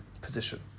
position